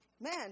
Man